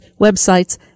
websites